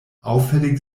auffällig